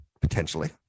potentially